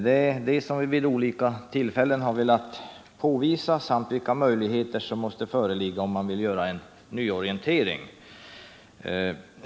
Det är detta som vi vid olika tillfällen har velat påvisa liksom vilka förutsättningar som måste uppfyllas, om man vill göra en nyorientering.